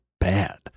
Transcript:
bad